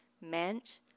meant